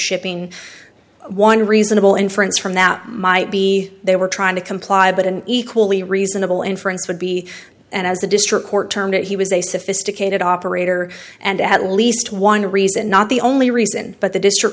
shipping one reasonable inference from that might be they were trying to comply but an equally reasonable inference would be and as the district court termed it he was a sophisticated operator and at least one reason not the only reason but the district